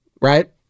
right